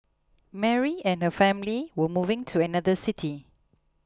Mary and her family were moving to another city